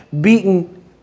beaten